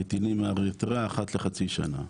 נתינים מאריתריאה אחת לחצי שנה.